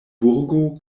burgo